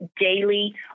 daily